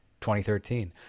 2013